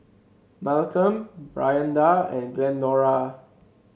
Malcolm Brianda and Glendora